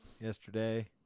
Yesterday